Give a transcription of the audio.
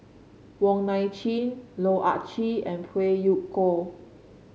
Wong Nai Chin Loh Ah Chee and Phey Yew Kok